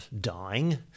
dying